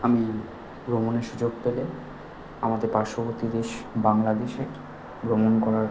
আমি ভ্রমণের সুযোগ পেলে আমাদের পার্শ্ববর্তী দেশ বাংলাদেশে ভ্রমণ করার